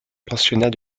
pensionnat